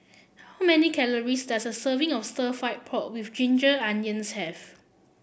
how many calories does a serving of stir fry pork with Ginger Onions have